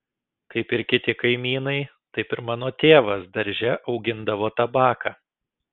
kaip ir kiti kaimynai taip ir mano tėvas darže augindavo tabaką